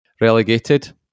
relegated